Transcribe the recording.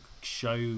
show